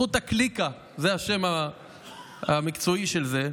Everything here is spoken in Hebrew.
הקליקה, שזה השם המקצועי של זה,